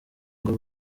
ngo